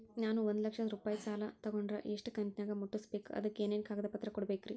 ನಾನು ಒಂದು ಲಕ್ಷ ರೂಪಾಯಿ ಸಾಲಾ ತೊಗಂಡರ ಎಷ್ಟ ಕಂತಿನ್ಯಾಗ ಮುಟ್ಟಸ್ಬೇಕ್, ಅದಕ್ ಏನೇನ್ ಕಾಗದ ಪತ್ರ ಕೊಡಬೇಕ್ರಿ?